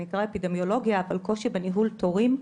מה שנקרא אפידמיולוגיה - אבל קושי בניהול תורים.